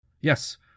Yes